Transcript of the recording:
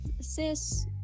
sis